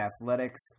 Athletics